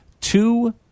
Two